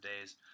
days